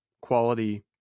quality